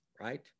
right